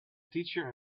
teacher